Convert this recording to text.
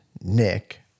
Nick